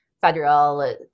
federal